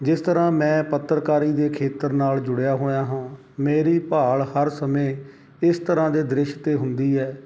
ਜਿਸ ਤਰ੍ਹਾਂ ਮੈਂ ਪੱਤਰਕਾਰੀ ਦੇ ਖੇਤਰ ਨਾਲ ਜੁੜਿਆ ਹੋਇਆ ਹਾਂ ਮੇਰੀ ਭਾਲ ਹਰ ਸਮੇਂ ਇਸ ਤਰ੍ਹਾਂ ਦੇ ਦ੍ਰਿਸ਼ 'ਤੇ ਹੁੰਦੀ ਹੈ